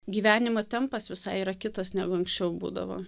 gyvenimo tempas visai yra kitas negu anksčiau būdavo